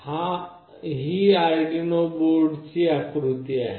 ही Arduino बोर्डची आकृती आहे